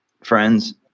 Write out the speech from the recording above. friends